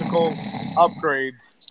upgrades